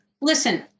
listen